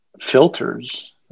filters